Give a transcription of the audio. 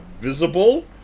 visible